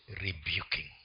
rebuking